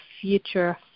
future